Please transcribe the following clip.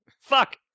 fuck